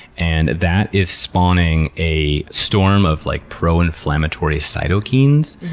and that is spawning a storm of like proinflammatory cytokines,